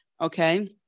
okay